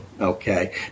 okay